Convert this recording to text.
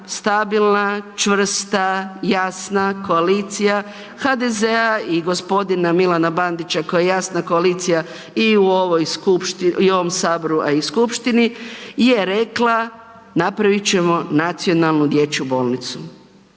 stabilna, čvrsta, jasna koalicija HDZ-a i gospodina Milana Bandića koja je jasna koalicija i u ovom saboru, a i skupštini, je rekla napravit ćemo nacionalnu dječju bolnicu.